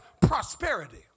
prosperity